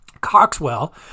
Coxwell